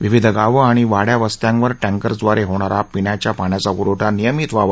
विविध गावं आणि वाङ्या वस्त्यांवर टँकर्सद्वारे होणारा पिण्याचा पाण्याचा पुरवठा नियमित व्हावा